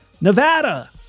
Nevada